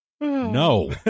No